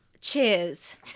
Cheers